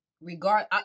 regard